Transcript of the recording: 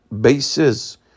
bases